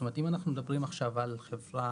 זאת אומרת, אם אנחנו מדברים עכשיו על חברה,